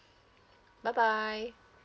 bye bye